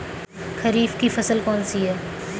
खरीफ की फसल कौन सी है?